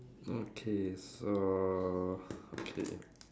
okay so okay